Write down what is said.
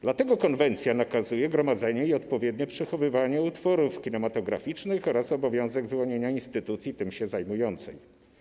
Dlatego konwencja nakazuje gromadzenie i odpowiednie przechowywanie utworów kinematograficznych oraz wprowadza obowiązek wyłonienia instytucji tym się zajmującej.